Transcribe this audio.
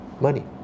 money